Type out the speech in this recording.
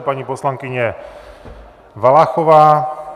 Paní poslankyně Valachová.